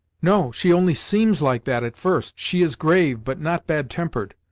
no, she only seems like that at first. she is grave, but not bad-tempered.